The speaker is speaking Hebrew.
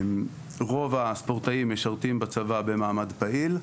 רוב הספורטאים המשרתים בצבא הם תחת הגדרת "ספורטאי פעיל",